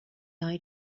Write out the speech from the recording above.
eye